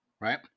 Right